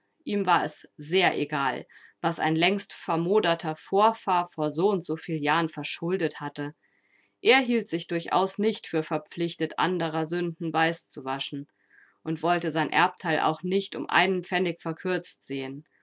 ihm war es sehr egal was ein längst vermoderter vorfahr vor so und so viel jahren verschuldet hatte er hielt sich durchaus nicht für verpflichtet anderer sünden weiß zu waschen und wollte sein erbteil auch nicht um einen pfennig verkürzt sehen